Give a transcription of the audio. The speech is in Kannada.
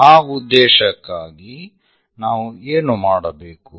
ಆ ಉದ್ದೇಶಕ್ಕಾಗಿ ನಾವು ಏನು ಮಾಡಬೇಕು